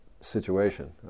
situation